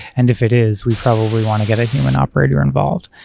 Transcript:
and if it is, we probably want to get a human operator involved.